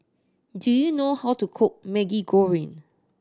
do you know how to cook Maggi Goreng